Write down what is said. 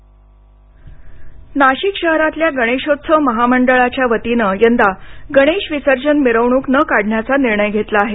नाशिक विसर्जन नाशिक शहरातल्या गणेशोत्सव महामंडळाच्या वतीनं यंदा गणेश विसर्जन मिरवणूक नं काढण्याचा निर्णय घेतला आहे